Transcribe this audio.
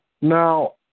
Now